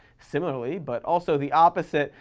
similarly, but also the opposite,